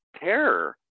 terror